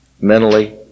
mentally